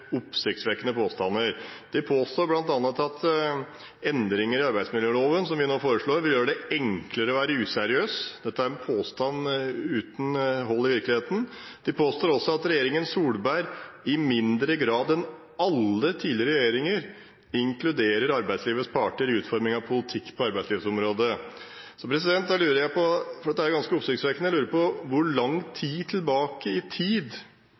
oppsiktsvekkende påstander. De påstår bl.a. at endringene i arbeidsmiljøloven som vi nå foreslår, vil gjøre det «enklere å være useriøs». Dette er en påstand uten hold i virkeligheten. De påstår også at «regjeringen Solberg i mindre grad enn alle tidligere regjeringer inkluderer arbeidslivets parter i utforming av politikk på arbeidslivsområdet». Dette er ganske oppsiktsvekkende, så jeg lurer på: Hvor langt tilbake i tid